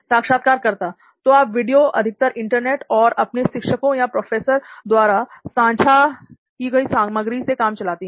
साक्षात्कारकर्ता तो आप वीडियो अधिकतर इंटरनेट और अपने शिक्षकों या प्रोफेसर द्वारा सांझा की हुई सामग्री से काम चलाती हैं